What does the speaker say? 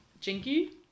jinky